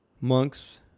monks